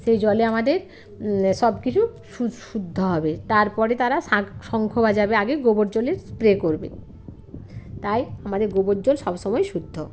সেই জলে আমাদের সব কিছু শুদ্ধ হবে তারপরে তারা শাঁখ শঙ্খ বাজাবে আগে গোবর জলের স্প্রে করবে তাই আমাদের গোবর জল সব সময় শুদ্ধ